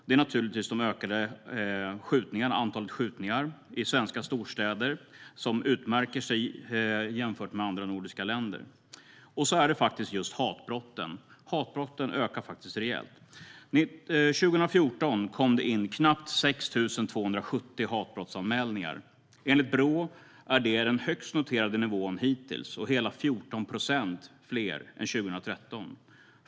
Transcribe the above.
Det är naturligtvis det ökade antalet skjutningar i svenska storstäder - där utmärker vi oss jämfört med andra nordiska länder. Och så är det just hatbrotten. Hatbrotten ökar faktiskt rejält. År 2014 kom det in knappt 6 270 hatbrottsanmälningar. Enligt Brå är det den högst noterade nivån hittills, och det är hela 14 procent fler än 2013.